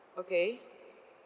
okay